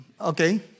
Okay